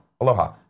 aloha